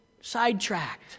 sidetracked